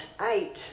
eight